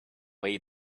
way